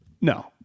No